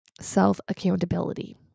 self-accountability